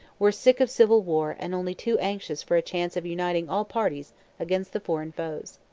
were sick of civil war and only too anxious for a chance of uniting all parties against the foreign foes.